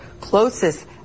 closest